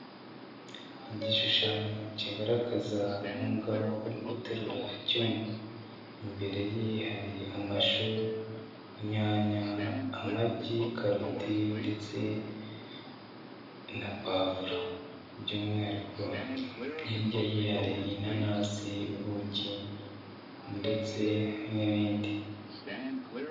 Igishushanyo kigaragaza umugabo wari uri guterura icyuma, imbere ye hari amashu, inyanya, amagi, karoti ndetse na pavuro. By'umwihariko hirya ye hari inanasi, ubuki ndetse n'ibindi.